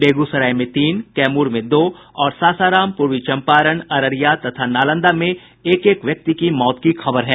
बेगूसराय में तीन कैमूर में दो और सासाराम पूर्वी चंपारण अररिया तथा नालंदा में एक एक व्यक्ति की मौत की खबर है